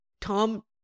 Tom